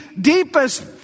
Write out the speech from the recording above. deepest